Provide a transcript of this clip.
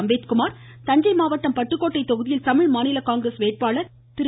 அம்பேத்குமார் தஞ்சை மாவட்டம் பட்டுக்கோட்டை தொகுதியில் தமிழ்மாநில காங்கிரஸ் வேட்பாளர் திரு